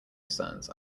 sons